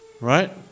Right